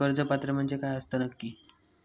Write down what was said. कर्ज पात्र म्हणजे काय असता नक्की?